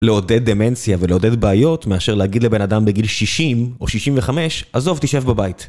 לעודד דמנציה ולעודד בעיות מאשר להגיד לבן אדם בגיל 60 או 65 עזוב, תישב בבית.